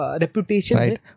reputation